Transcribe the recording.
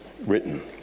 written